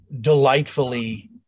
delightfully